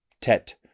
Tet